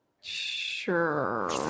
Sure